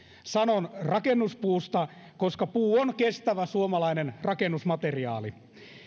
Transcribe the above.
sanon rakennuspuusta koska puu on kestävä suomalainen rakennusmateriaali